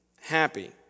happy